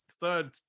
third